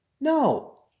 No